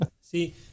see